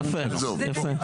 יפה, יפה.